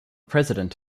president